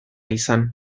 izan